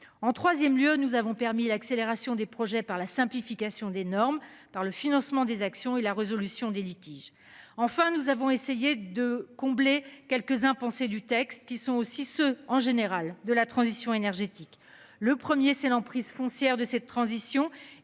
En 3ème lieu, nous avons permis l'accélération des projets par la simplification des normes par le financement des actions et la résolution des litiges. Enfin, nous avons essayé de combler quelques-uns impensé du texte qui sont aussi ceux en général de la transition énergétique. Le 1er c'est l'emprise foncière de cette transition